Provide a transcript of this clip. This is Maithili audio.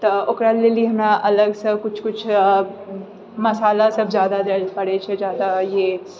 तऽ ओकरा लेल ई हमरा अलगसँ किछु किछु मशाला सब जादा दए ला पड़ैत छै जादा ई